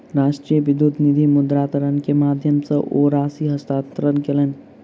राष्ट्रीय विद्युत निधि मुद्रान्तरण के माध्यम सॅ ओ राशि हस्तांतरण कयलैन